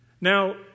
Now